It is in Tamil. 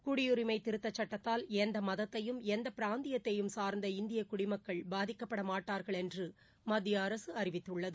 குடியுரிமை திருத்த சட்டத்தால் எந்த மதத்தையும் எந்த பிராந்தியத்தையும் சார்ந்த இந்திய குடிமக்கள் பாதிக்கப்பட மாட்டார்கள் என்று மத்திய அரசு அறிவித்துள்ளது